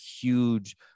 huge